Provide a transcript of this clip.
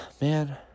man